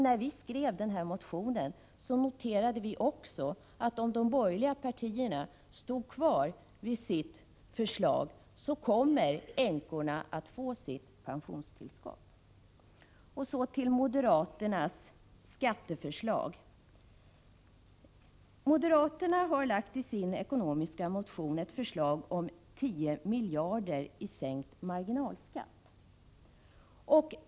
När vi skrev den här motionen noterade vi också att om de borgerliga partierna stod fast vid sitt förslag, kommer änkorna att få sitt pensionstillskott. Så några ord om moderaternas skatteförslag. Moderaterna har i sin ekonomisk-politiska motion lagt fram ett förslag om att staten skall använda 10 miljarder för att sänka marginalskatten.